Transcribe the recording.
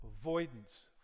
avoidance